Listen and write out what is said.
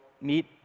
meet